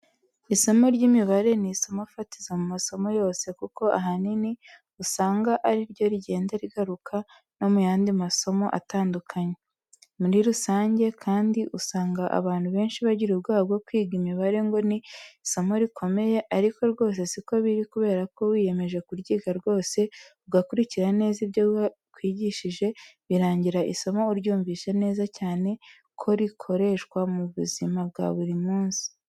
Isomo ry'imibare ni isomo fatizo mu masomo yose kuko ahanini usanga ariryo rigenda rigaruka no mu yandi masomo atandukanye. Muri rusange kandi usanga abantu benshi bagira ubwoba bwo kwiga imibare ngo ni isomo rikomeye ariko rwose si ko biri kubera ko wiyemeje kuryiga rwose ugakurikira neza ibyo bakwigisha birangira isomo uryumvise neza cyane ko rikoreshwa mu buzima bwa buri munsi.